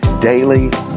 daily